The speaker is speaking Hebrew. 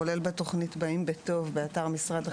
כולל בתוכנית "באים בטוב" באתר משרד החינוך,